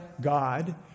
God